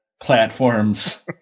platforms